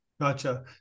Gotcha